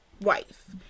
wife